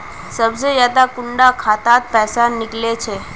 सबसे ज्यादा कुंडा खाता त पैसा निकले छे?